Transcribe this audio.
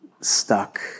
stuck